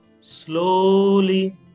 Slowly